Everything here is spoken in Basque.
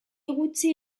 gutxi